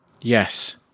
Yes